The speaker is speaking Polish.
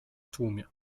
tłumie